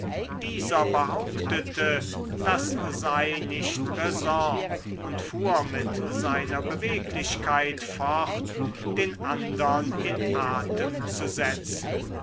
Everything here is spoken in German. dieser behauptete das sei nicht raison und fuhr mit seiner beweglichkeit fort den andern in atem zu setzen